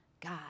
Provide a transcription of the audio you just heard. God